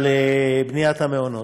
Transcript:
לבניית מעונות.